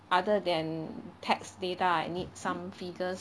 other than tax data I need some figures